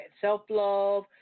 self-love